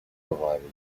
provided